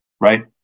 right